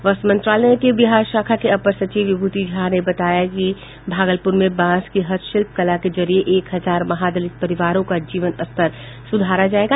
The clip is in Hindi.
वस्त्र मंत्रालय के बिहार शाखा के अपर सचिव विभूति झा ने कहा है कि भागलपुर में बांस की हस्तशिल्प कला के जरिए एक हजार महादलित परिवारों का जीवन स्तर सुधारा जायेगा